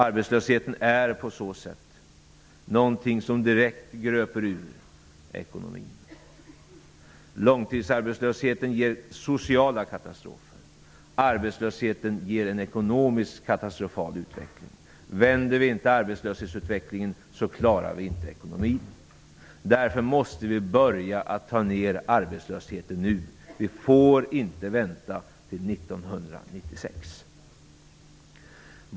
Arbetslösheten är någonting som direkt gröper ur ekonomin. Långtidsarbetslösheten ger sociala katastrofer. Arbetslösheten ger en ekonomiskt katastrofal utveckling. Om vi inte vänder arbetslöshetsutvecklingen klarar vi inte av ekonomin. Därför måste vi börja med att minska arbetslösheten nu. Vi får inte vänta till 1996.